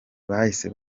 bahise